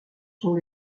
sont